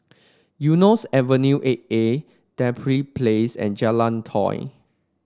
Eunos Avenue Eight A Dedap Place and Jalan Tiong